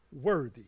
worthy